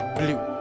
blue